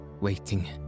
waiting